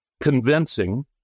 convincing